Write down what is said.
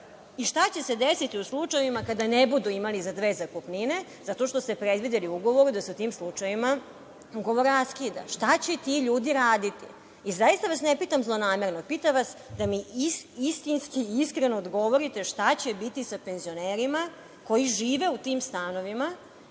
Šta će se desiti u slučajevima kada ne budu imali za dve zakupnine, jer ste predvideli u ugovoru da se u tim slučajevima ugovor raskida? Šta će ti ljudi raditi? Ne pitam vas zlonamerno. Pitam vas da mi istinski, iskreno odgovorite šta će biti sa penzionerima koji žive u tim stanovima